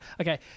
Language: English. Okay